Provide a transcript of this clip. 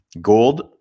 gold